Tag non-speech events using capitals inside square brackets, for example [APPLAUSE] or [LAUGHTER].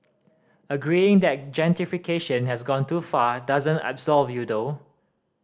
agreeing that [UNINTELLIGIBLE] has gone too far doesn't absolve you though